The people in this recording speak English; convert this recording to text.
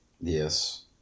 Yes